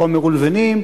חומר ולבנים,